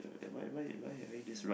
am I am I am I having this right